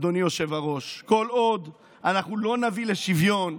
אדוני היושב-ראש, כל עוד אנחנו לא נביא לשוויון,